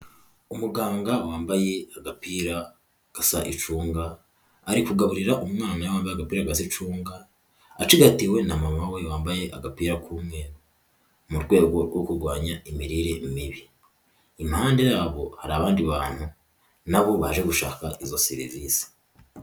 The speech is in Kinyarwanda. Umuganga wambaye agapira gasa icunga ari kugaburira umwana wambaye agapira gasa icunga acigatiwe na mama we wambaye agapira k'umwe mu rwego rwo kurwanya imirire mibi. Impaande yabo hari abandi bantu nabo baje gushaka izo serivise.